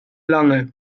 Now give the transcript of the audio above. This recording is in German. lange